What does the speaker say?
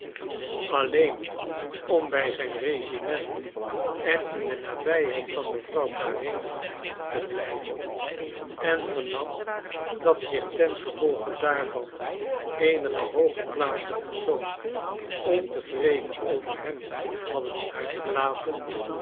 alleen om bij zijn regiment en in de nabijheid van mevrouw karenin te blijven en vernam dat zich tengevolge daarvan eenige hooggeplaatste personen ontevreden over hem hadden uitgelaten